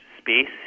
space